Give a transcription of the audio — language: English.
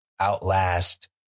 outlast